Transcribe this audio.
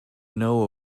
know